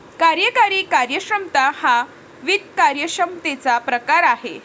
कार्यकारी कार्यक्षमता हा वित्त कार्यक्षमतेचा प्रकार आहे